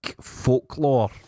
folklore